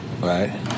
Right